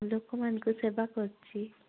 ଲୋକମାନଙ୍କ ସେବା କରୁଛି